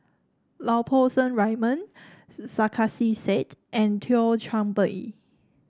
Lau Poo Seng Raymond Sarkasi Said and Thio Chan Bee